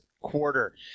quarter